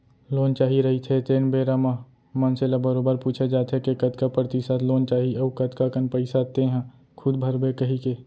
loan चाही रहिथे तेन बेरा म मनसे ल बरोबर पूछे जाथे के कतका परतिसत लोन चाही अउ कतका कन पइसा तेंहा खूद भरबे कहिके